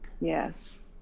yes